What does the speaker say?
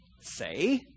say